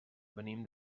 venim